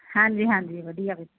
ਹਾਂਜੀ ਹਾਂਜੀ ਵਧੀਆ ਬਿਲਕੁਲ